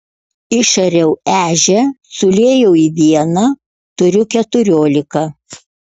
išariau ežią suliejau į vieną turiu keturiolika